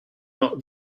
not